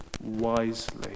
wisely